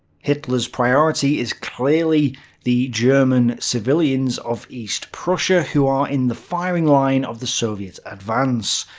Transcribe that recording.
hitler's priority is clearly the german civilians of east prussia who are in the firing line of the soviet advance.